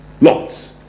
Lots